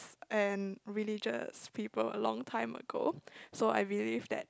and religious people a long time ago so I believe that